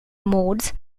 modes